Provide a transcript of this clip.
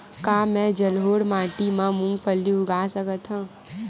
का मैं जलोढ़ माटी म मूंगफली उगा सकत हंव?